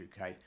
UK